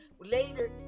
Later